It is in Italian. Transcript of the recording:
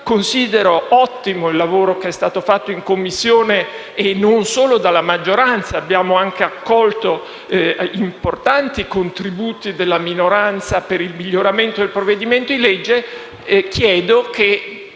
comunque ottimo il lavoro che è stato fatto in Commissione, e non solo dalla maggioranza, perché abbiamo anche accolto importanti contributi della minoranza per il miglioramento del provvedimento. Chiedo che